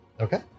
Okay